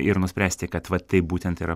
ir nuspręsti kad vat taip būtent yra